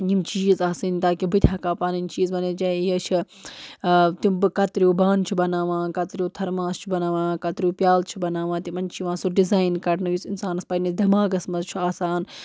یِم چیٖز آسٕنۍ تاکہِ بہٕ تہِ ہٮ۪کہٕ ہا پَنٕنۍ چیٖز یہِ چھِ تِم بہٕ کَتریوٗ بانہٕ چھِ بناوان کَتریوٗ تھَرماس چھِ بناوان کَتریوٗ پیٛالہٕ چھِ بناوان تِمَن چھِ یِوان سُہ ڈِزایِن کَڑنہٕ یُس اِنسانَس پَنٛنِس دٮ۪ماغَس منٛز چھُ آسان